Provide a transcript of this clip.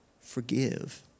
forgive